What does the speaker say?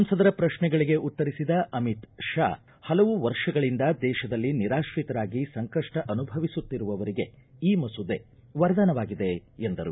ಸಂಸದರ ಪ್ರಕ್ಷೆಗಳಿಗೆ ಉತ್ತರಿಸಿದ ಅಮಿತ್ ಶಾಹ ಹಲವು ವರ್ಷಗಳಿಂದ ದೇತದಲ್ಲಿ ನಿರಾತ್ರಿತರಾಗಿ ಸಂಕಷ್ಟ ಅನುಭವಿಸುತ್ತಿರುವವರಿಗೆ ಈ ಮಸೂದೆ ವರದಾನವಾಗಿದೆ ಎಂದರು